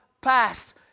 passed